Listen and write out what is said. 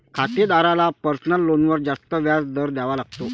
खातेदाराला पर्सनल लोनवर जास्त व्याज दर द्यावा लागतो